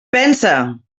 pensa